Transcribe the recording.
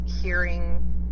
hearing